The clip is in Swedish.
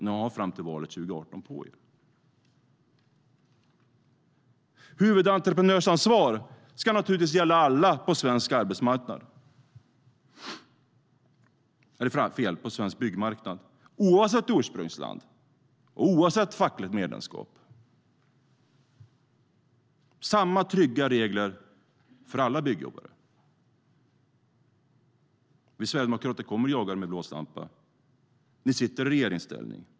Ni har fram till valet 2018 på er. Ni sitter i regeringsställning.